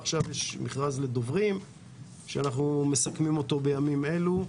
עכשיו יש מכרז לדוברים שאנחנו מסכמים אותו בימים אלו,